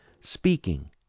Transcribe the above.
speaking